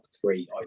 three